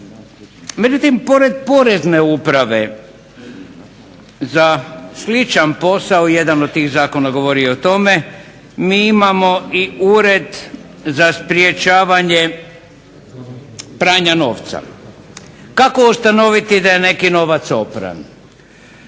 Međutim, pored Porezne uprave za sličan posao jedan od tih zakona govori o tome mi imamo i Ured za sprječavanje pranja novca. Kako ustanoviti da je neki novac opran?